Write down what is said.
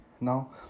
now